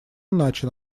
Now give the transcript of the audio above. иначе